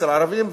אצל ערבים,